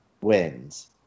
wins